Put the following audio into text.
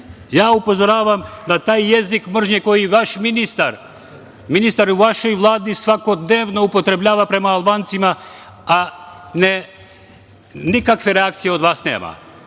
Ja upozoravam na taj jezik mržnje koji vaš ministar, ministar u vašoj Vladi svakodnevno upotrebljava prema Albancima, a nikakve reakcije od vas nema. Rekao